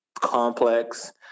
complex